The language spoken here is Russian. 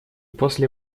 после